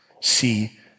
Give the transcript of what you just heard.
See